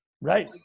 Right